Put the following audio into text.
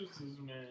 man